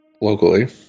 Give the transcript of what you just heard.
locally